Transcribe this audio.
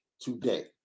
today